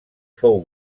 fou